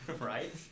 right